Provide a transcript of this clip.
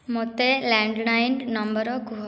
ମୋତେ landline number କୁହ